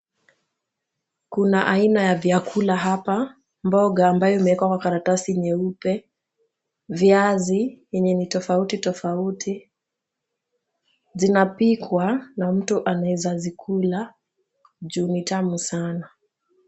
Kuna aina ya vyakula hapa, mboga ambayo imewekwa kwa karatasi nyeupe, viazi yenye ni tofauti tofauti. Zinapikwa na mtu anaweza zikula juu ni tamu sana.